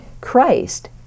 Christ